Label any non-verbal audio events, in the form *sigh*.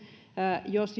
jos *unintelligible*